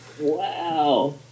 Wow